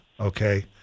Okay